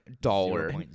dollar